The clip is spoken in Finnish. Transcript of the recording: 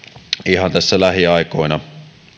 ihan tässä lähiaikoina